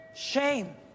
shame